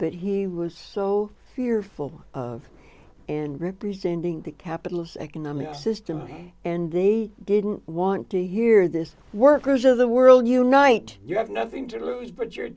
but he was so fearful and representing the capitalist economic system and they didn't want to hear this workers of the world unite you have nothing to lose